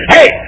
Hey